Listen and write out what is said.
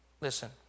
listen